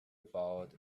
about